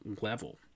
level